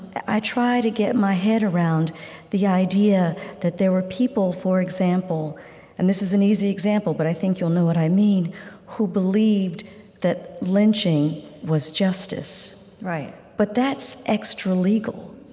i try to get my head around the idea that there were people, for example and this is an easy example, but i think you'll know what i mean who believed that lynching was justice right but that's extra-legal.